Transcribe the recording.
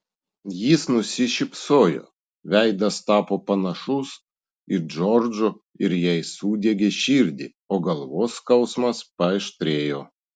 jis nusišypsojo veidas tapo panašus į džordžo ir jai sudiegė širdį o galvos skausmas paaštrėjo